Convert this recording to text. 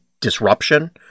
disruption